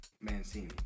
Mancini